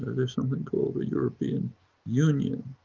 there's something called the european union.